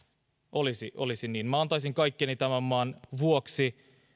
olisi olisi niin antaisin kaikkeni tämän maan vuoksi